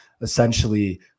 essentially